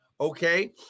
okay